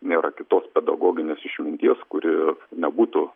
nėra kitos pedagoginės išminties kuri nebūtų